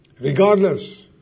Regardless